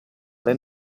alle